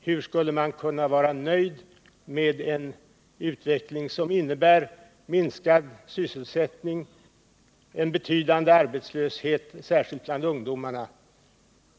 Hur skulle man kunna vara nöjd med en utveckling som innebär minskad sysselsättning och en betydande arbetslöshet, särskilt bland ungdomen?